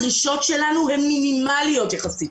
הדרישות שלנו הן מינימאליות יחסית.